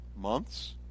Months